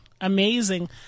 Amazing